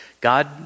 God